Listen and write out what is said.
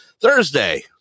Thursday